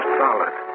solid